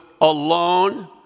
alone